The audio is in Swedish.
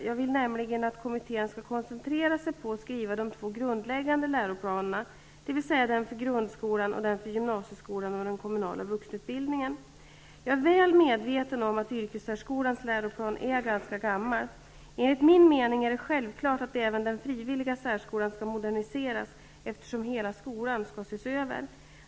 Jag vill nämligen att kommittén skall koncentrera sig på att skriva de två grundläggande läroplanerna, dvs. den för grundskolan och den för gymnasieskolan och den kommunala vuxenutbildningen. Jag är väl medveten om att yrkessärskolans läroplan är ganska gammal. Enligt min mening är det självklart att även den frivilliga särskolan skall moderniseras, eftersom hela skolan ses över.